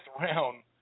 round